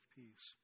peace